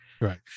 Right